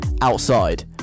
outside